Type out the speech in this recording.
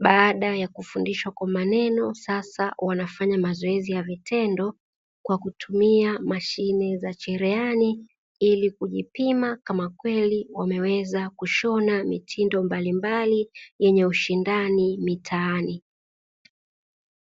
baada ya kufundishwa kwa maneno sasa wanafanya mazoezi ya vitendo kwa kutumia mashine za cherehani, ili kujipima kama kweli wameweza kushona mitindo mbalimbali yenye ushindani mitaani.